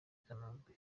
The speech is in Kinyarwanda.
kanombe